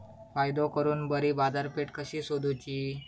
फायदो करून बरी बाजारपेठ कशी सोदुची?